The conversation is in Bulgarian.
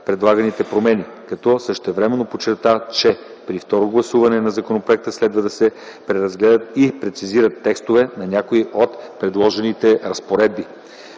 предлаганите промени, като същевременно подчерта, че при второ гласуване на законопроекта следва да се преразгледат и прецизират текстовете на някои от предложените разпоредби.